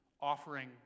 offering